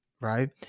Right